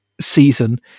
season